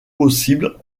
possible